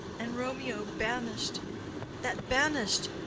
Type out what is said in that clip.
and romeo banished that banished,